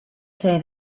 say